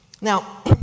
Now